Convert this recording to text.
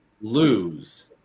lose